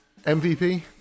MVP